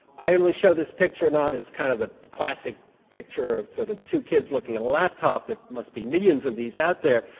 i only show this picture not as kind of the classic picture of sort of two kids looking at a laptop there must be millions of these out there,